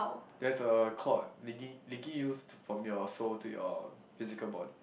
there's a cord leaky leaky used to from your soul to your physical body